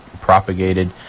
propagated